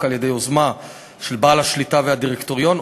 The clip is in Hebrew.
על-ידי יוזמה של בעל השליטה והדירקטוריון,